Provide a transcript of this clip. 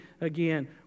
again